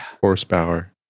horsepower